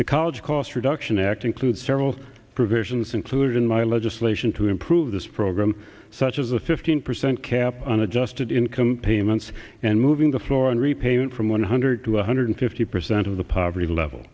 to college cost reduction act includes several provisions included in my legislation to improve this program such as a fifteen percent cap on adjusted income payments and moving the floor in repayment from one hundred to one hundred fifty percent of the poverty level